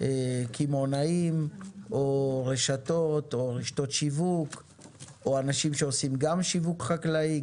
קמעונאים או רשתות או רשתות שיווק או אנשים שעושים גם שיווק חקלאי,